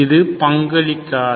இது பங்களிக்காது